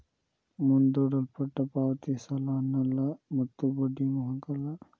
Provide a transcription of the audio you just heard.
ಮುಂದೂಡಲ್ಪಟ್ಟ ಪಾವತಿ ಸಾಲ ಅನ್ನಲ್ಲ ಮತ್ತು ಬಡ್ಡಿನು ಹಾಕಲ್ಲ